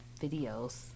videos